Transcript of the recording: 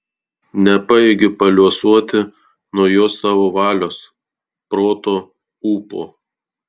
nepajėgiu paliuosuoti nuo jo savo valios proto ūpo